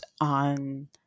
on